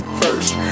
first